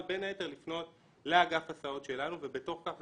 בין היתר לפנות לאגף הסעות שלנו ובתוך כך גם